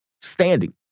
standing